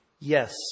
Yes